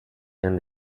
and